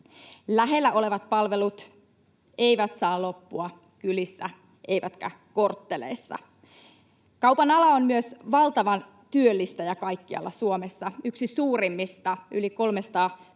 Lähellä olevat palvelut eivät saa loppua kylissä eivätkä kortteleissa. Kaupan ala on myös valtava työllistäjä kaikkialla Suomessa, yksi suurimmista, yli 300